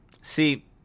See